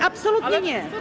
Absolutnie nie.